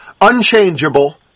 unchangeable